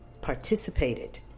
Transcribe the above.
participated